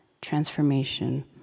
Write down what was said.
transformation